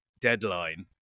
deadline